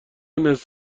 نصف